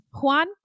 Juan